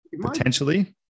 potentially